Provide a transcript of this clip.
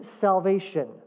salvation